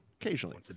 Occasionally